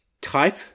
type